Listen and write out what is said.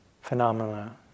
phenomena